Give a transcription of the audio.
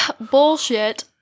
Bullshit